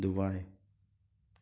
Dubai